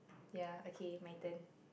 ya okay my turn